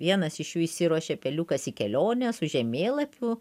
vienas iš jų išsiruošė peliukas į kelionę su žemėlapiu